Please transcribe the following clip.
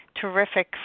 terrific